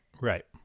Right